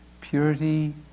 purity